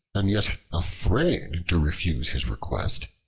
and yet afraid to refuse his request,